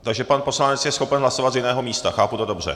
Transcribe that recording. Takže pan poslanec je schopen hlasovat z jiného místa, chápu to dobře?